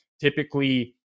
typically